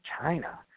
China